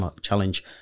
challenge